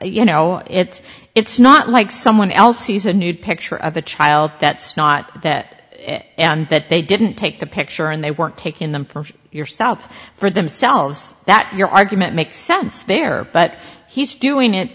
you know it it's not like someone else sees a nude picture of a child that's not that it and that they didn't take the picture and they weren't taking them for yourself for themselves that your argument makes sense there but he's doing it